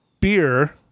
beer